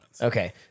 Okay